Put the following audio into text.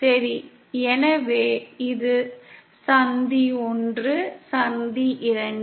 சரி எனவே இது சந்தி 1 சந்தி 2